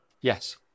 Yes